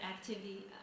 activity